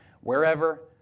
wherever